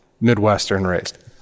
Midwestern-raised